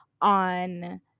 on